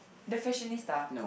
the fashionista